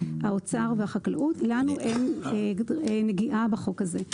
האוצר והחקלאות; לנו אין נגיעה בחוק הזה.